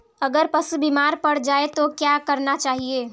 अगर पशु बीमार पड़ जाय तो क्या करना चाहिए?